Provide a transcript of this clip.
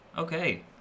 Okay